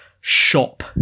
shop